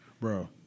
Bro